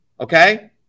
okay